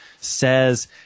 says